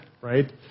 right